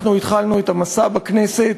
אנחנו התחלנו את המסע בכנסת